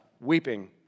weeping